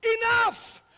Enough